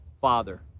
father